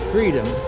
Freedom